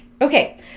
Okay